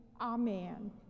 amen